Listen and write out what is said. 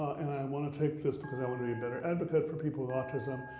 and i um wanna take this because i wanna be a better advocate for people with autism,